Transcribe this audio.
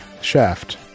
shaft